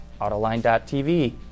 autoline.tv